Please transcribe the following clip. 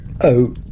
Oh